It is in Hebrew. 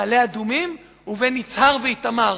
מעלה-אדומים ובין יצהר ואיתמר.